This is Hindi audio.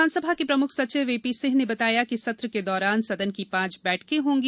विधानसभा के प्रमुख सचिव एपी सिंह ने बताया कि सत्र के दौरान सदन की पांच बैठकें होंगी